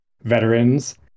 veterans